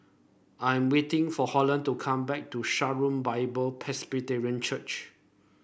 I'm waiting for Holland to come back to Shalom Bible Presbyterian Church